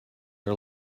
are